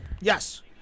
Yes